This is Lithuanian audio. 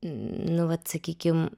nu vat sakykim